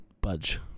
Budge